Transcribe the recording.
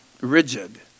rigid